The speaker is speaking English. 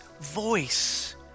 voice